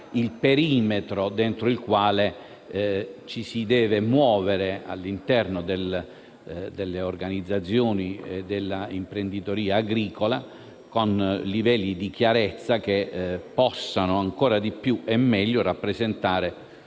il perimetro dentro il quale ci si deve muovere all'interno delle organizzazioni dell'imprenditoria agricola, con livelli di chiarezza che possano ancora di più e in modo migliore rappresentare